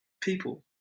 people